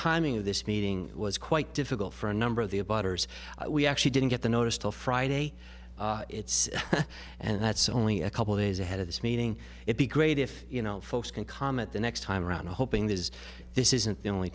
timing of this meeting was quite difficult for a number of the about hers we actually didn't get the notice till friday and that's only a couple of days ahead of this meeting it be great if you know folks can comment the next time around hoping that is this isn't the only